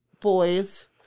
boys